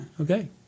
Okay